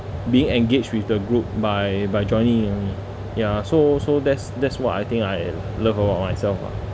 being engaged with the group by by joining ya so so that's that's why I think I love about myself lah